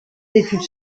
études